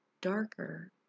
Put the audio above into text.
darker